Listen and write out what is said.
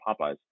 Popeyes